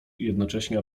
jednocześnie